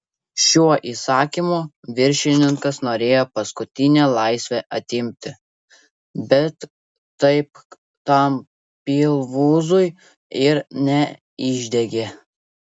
šiuo įsakymu viršininkas norėjo paskutinę laisvę atimti bet taip tam pilvūzui ir neišdegė